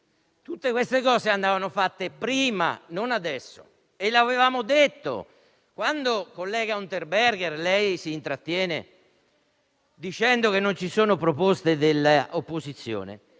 Tutte queste cose andavano fatte prima, non adesso, e l'avevamo detto. Collega Unterberger, si è intrattenuta dicendo che non ci sono proposte da parte dell'opposizione,